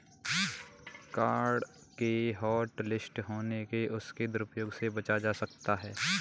card के hotlist होने से उसके दुरूप्रयोग से बचा जा सकता है